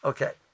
Okay